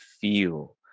feel